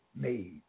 made